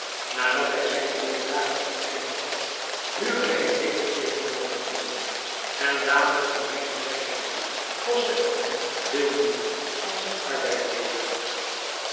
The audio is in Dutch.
nadat hij zijne leerjaren voleindigd had huurde hij een winkel tegenover een molen en dadelijk nog weinig werk hebbende kostte het hem veel moeite van zijn arbeid te leven